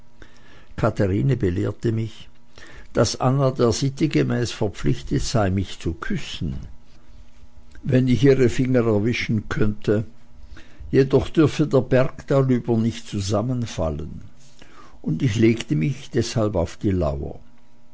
katherine belehrte mich daß anna der sitte gemäß verpflichtet sei mich zu küssen wenn ich ihre finger erwischen könne jedoch dürfe der berg darüber nicht zusammenfallen und ich legte mich deshalb auf die lauer